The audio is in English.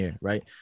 right